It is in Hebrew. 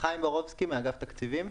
אני מאגף התקציבים.